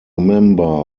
member